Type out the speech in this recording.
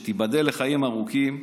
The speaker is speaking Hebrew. שתיבדל לחיים ארוכים,